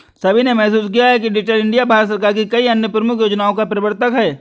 सभी ने महसूस किया है कि डिजिटल इंडिया भारत सरकार की कई अन्य प्रमुख योजनाओं का प्रवर्तक है